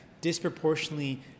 disproportionately